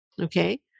Okay